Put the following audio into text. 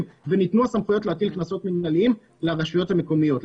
וניתנו הסמכויות להטיל קנסות מנהליים לראשי הרשויות המקומיות.